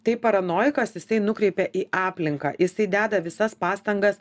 tai paranojikas jisai nukreipia į aplinką jisai deda visas pastangas